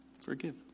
Forgive